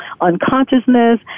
unconsciousness